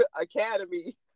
academy